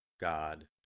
God